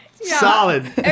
Solid